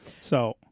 So-